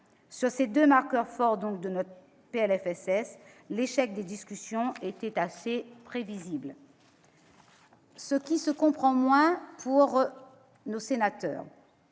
Sur ces deux marqueurs forts de ce PLFSS, l'échec des discussions était donc assez prévisible. Ce qui se comprend moins, en revanche,